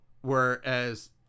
whereas